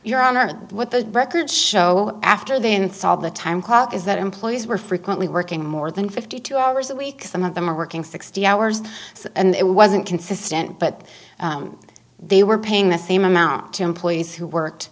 your honor what the record show after they installed the time clock is that employees were frequently working more than fifty two hours a week some of them are working sixty hours so it wasn't consistent but they were paying the same amount to employees who worked